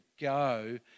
go